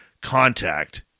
contact